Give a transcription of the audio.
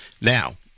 Now